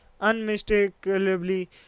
unmistakably